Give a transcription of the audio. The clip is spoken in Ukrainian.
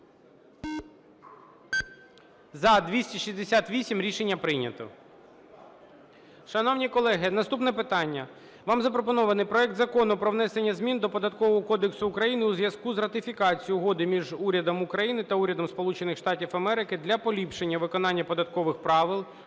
За-250 Рішення прийнято.